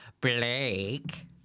Blake